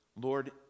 Lord